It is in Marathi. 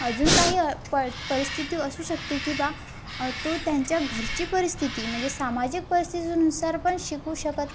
अजून काही पर परिस्थिती असू शकते की बा तो त्यांच्या घरची परिस्थिती म्हणजे सामाजिक परिस्थितीनुसार पण शिकू शकत